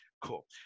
Cool